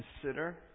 consider